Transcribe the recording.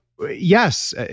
Yes